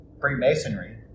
Freemasonry